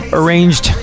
arranged